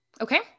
Okay